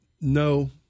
No